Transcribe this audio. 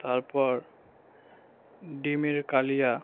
তারপর ডিমের কালিয়া